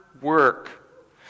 work